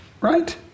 right